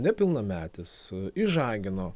nepilnametis išžagino